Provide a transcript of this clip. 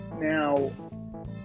Now